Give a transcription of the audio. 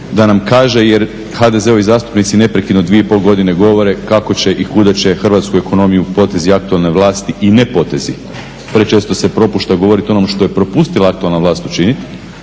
da nam kaže. Jer HDZ-ovi zastupnici neprekidno 2.5 godine govore kako će i kuda će hrvatsku ekonomiju potezi aktualne vlasti i nepotezi, prečesto se propušta govoriti o onome što je propustila aktualna vlast učiniti